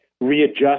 readjust